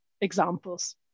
examples